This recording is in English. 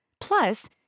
Plus